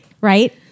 right